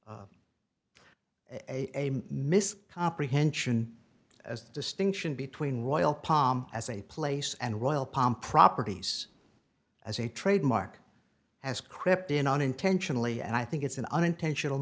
a a miscomprehension as the distinction between royal palm as a place and royal palm properties as a trademark has crept in unintentionally and i think it's an unintentional